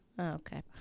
Okay